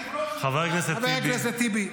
--- חבר הכנסת טיבי.